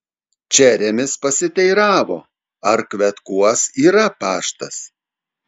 čeremis pasiteiravo ar kvetkuos yra paštas